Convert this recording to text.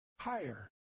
higher